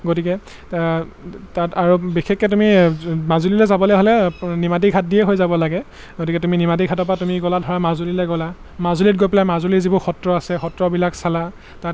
গতিকে তাত আৰু বিশেষকৈ তুমি মাজুলীলৈ যাবলৈ হ'লে নিমাতী ঘাট দিয়ে হৈ যাব লাগে গতিকে তুমি নিমাতী ঘাটৰপৰা তুমি গ'লা ধৰা মাজুলীলৈ গ'লা মাজুলীত গৈ পেলাই মাজুলীৰ যিবোৰ সত্ৰ আছে সত্ৰবিলাক চালা তাত